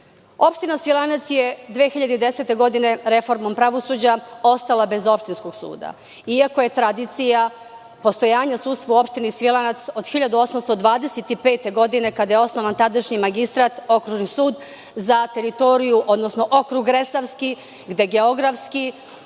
Svilajnac je 2010. godine reformom pravosuđa ostala bez opštinskog suda iako je tradicija postojanja sudstva u opštini Svilajnac, od 1825. godine, kada je osnovan tadašnji magistrat okružni sud za teritoriju, odnosno okrug Resavski, gde geografski